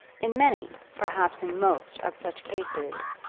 in many, perhaps in most of such cases,